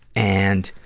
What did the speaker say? and,